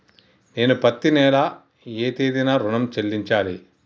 నేను పత్తి నెల ఏ తేదీనా ఋణం చెల్లించాలి?